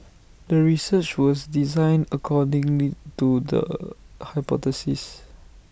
the research was designed accordingly to the hypothesis